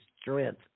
strength